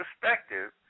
perspective